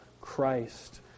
christ